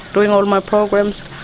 doing all my programs,